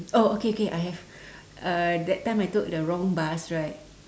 oh okay okay I have uh that time I took the wrong bus right